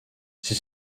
siis